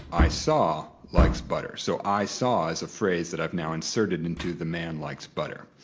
i saw, likes butter'. so i saw is a phrase that i've now inserted into the man likes butter.